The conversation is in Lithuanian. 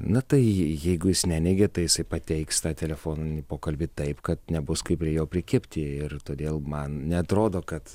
na tai jeigu jis neneigia taisai pateiks tą telefoninį pokalbį taip kad nebus kaip prie jo prikibti ir todėl man neatrodo kad